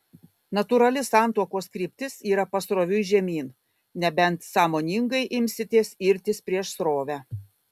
natūrali santuokos kryptis yra pasroviui žemyn nebent sąmoningai imsitės irtis prieš srovę